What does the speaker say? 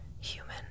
human